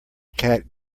cat